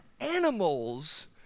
animals